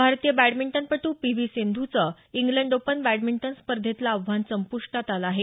भारतीय बॅडमिंटनपटू P V सिंधूचं इंग्लंड ओपन बॅडमिंटन स्पर्धेतलं आव्हान संपुष्टात आलं आहे